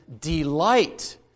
delight